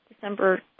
December